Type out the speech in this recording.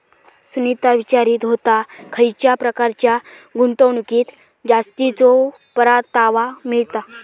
सुनीता विचारीत होता, खयच्या प्रकारच्या गुंतवणुकीत जास्तीचो परतावा मिळता?